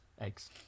eggs